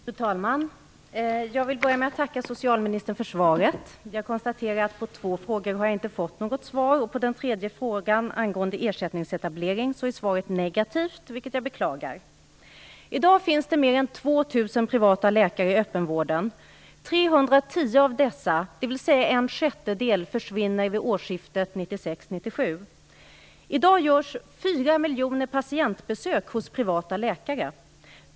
Fru talman! Jag vill börja med att tacka socialministern för svaret. Jag kan konstatera att jag på två frågor inte har fått något svar. Vad gäller den tredje frågan om ersättningsetablering är svaret negativt, vilket jag beklagar. I dag finns det mer än 2 000 privata läkare i öppenvården. 310 av dessa, dvs. en sjättedel, försvinner vid årsskiftet 1996/97. I dag görs 4 miljoner patientbesök hos privata läkare.